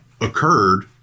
occurred